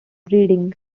breeding